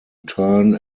tern